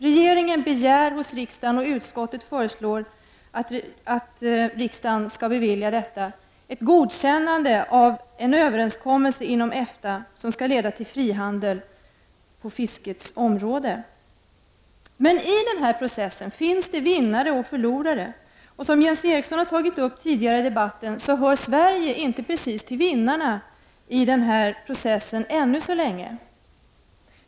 Regeringen begär hos riksdagen — och utskottet föreslår att riksdagen skall bevilja detta — godkännande av en överenskommelse inom EFTA som skall leda till frihandel på fiskets område. Men i den processen finns det vinnare och förlorare, och som Jens Eriksson tagit upp tidigare i debatten hör Sverige inte precis till vinnarna ännu så länge.